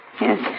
Yes